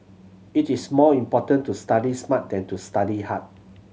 it is more important to study smart than to study hard